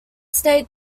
state